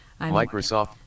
Microsoft